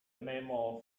memo